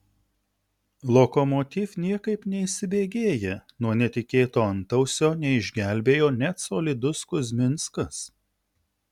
lokomotiv niekaip neįsibėgėja nuo netikėto antausio neišgelbėjo net solidus kuzminskas